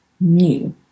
new